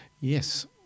yes